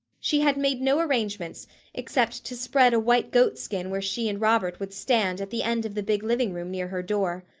she had made no arrangements except to spread a white goatskin where she and robert would stand at the end of the big living room near her door.